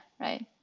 Right